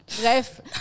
Bref